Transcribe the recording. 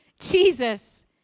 Jesus